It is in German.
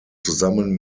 zusammen